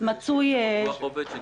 חתך עומק של